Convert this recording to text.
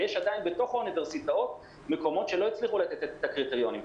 ועדיין יש בתוך האוניברסיטאות מקומות שלא הצליחו לתת את הקריטריונים,